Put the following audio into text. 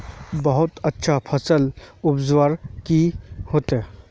बहुत अच्छा फसल उपजावेले की करे होते?